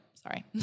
Sorry